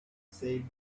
said